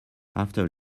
after